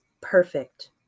perfect